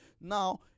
Now